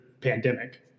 pandemic